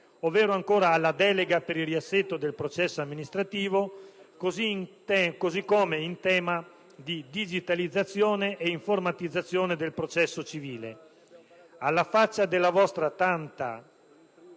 ovvero ancora alla delega per il riassetto del processo amministrativo, così come in tema di digitalizzazione e informatizzazione del processo civile. Alla faccia della vostra tanto